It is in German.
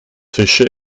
fische